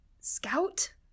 Scout